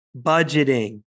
budgeting